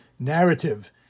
narrative